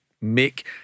make